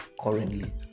currently